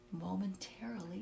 momentarily